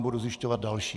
Budu zjišťovat další.